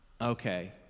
Okay